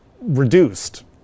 reduced